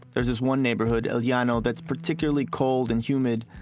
there's this one neighborhood, el yeah llano, that's particularly cold and humid.